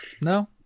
No